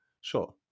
sure